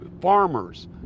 farmers